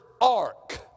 ark